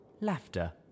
Laughter